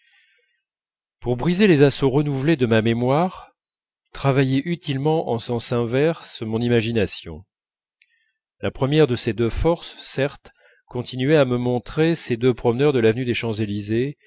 pour briser les assauts renouvelés de ma mémoire travaillait utilement en sens inverse mon imagination la première de ces deux forces certes continuait à me montrer ces deux promeneurs de l'avenue des champs-élysées